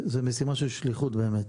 זו משימה של שליחות באמת.